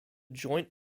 joint